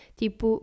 tipo